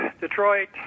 Detroit